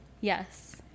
yes